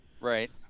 right